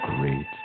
great